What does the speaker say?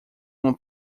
uma